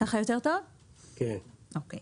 היום